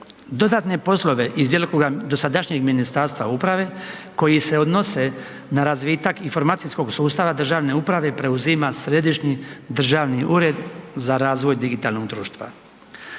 Dodatne poslove iz djelokruga dosadašnjeg Ministarstva uprave koji se odnose na razvitak informacijskog sustava državne uprave, preuzima Središnji državni ured za razvoj digitalnog društva.